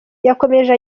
yakomeje